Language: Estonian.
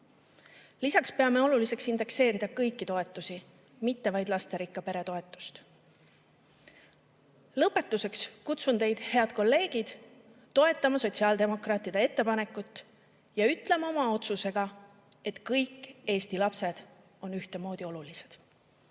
Lisaks peame oluliseks indekseerida kõiki toetusi, mitte vaid lasterikka pere toetust. Lõpetuseks kutsun teid, head kolleegid, üles toetama sotsiaaldemokraatide ettepanekut ja ütlema oma otsusega, et kõik Eesti lapsed on ühtemoodi olulised.